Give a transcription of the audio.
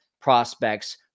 prospects